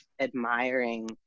admiring